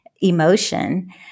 emotion